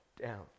down